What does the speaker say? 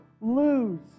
lose